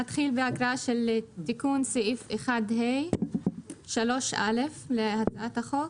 נתחיל בהקראה של תיקון סעיף 1ה3א להצעת החוק: